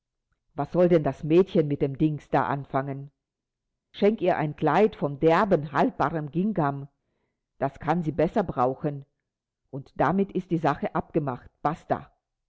was soll denn das mädchen mit dem dings da anfangen schenk ihr ein kleid von derbem haltbarem gingham das kann sie besser brauchen und damit ist die sache abgemacht basta